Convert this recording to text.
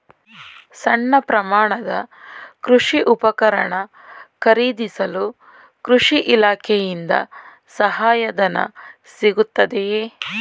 ಸಣ್ಣ ಪ್ರಮಾಣದ ಕೃಷಿ ಉಪಕರಣ ಖರೀದಿಸಲು ಕೃಷಿ ಇಲಾಖೆಯಿಂದ ಸಹಾಯಧನ ಸಿಗುತ್ತದೆಯೇ?